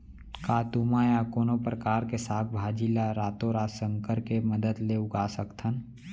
का तुमा या कोनो परकार के साग भाजी ला रातोरात संकर के मदद ले उगा सकथन?